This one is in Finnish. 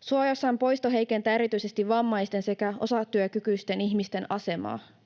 Suojaosan poisto heikentää erityisesti vammaisten sekä osatyökykyisten ihmisten asemaa,